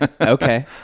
okay